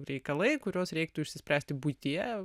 reikalai kuriuos reiktų išsispręsti buityje